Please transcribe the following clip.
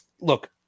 Look